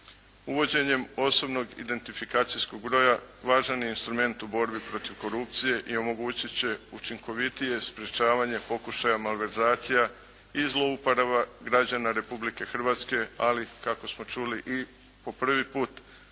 Uvođenjem osobnog identifikacijskog broja važan je instrument u borbi protiv korupcije i omogućiti će učinkovitije sprječavanje pokušaja malverzacija i zlouporaba građana Republike Hrvatske, ali kako smo čuli i po prvi put